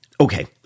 Okay